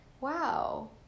wow